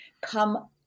come